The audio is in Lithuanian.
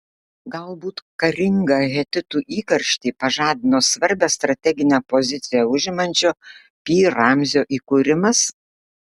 galbūt karingą hetitų įkarštį pažadino svarbią strateginę poziciją užimančio pi ramzio įkūrimas